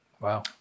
Wow